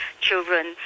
children